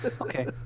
Okay